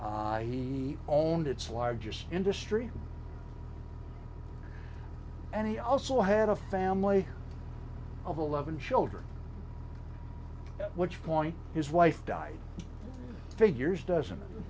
on its largest industry and he also had a family of eleven children at which point his wife died figures doesn't